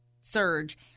surge